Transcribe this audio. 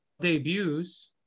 Debuts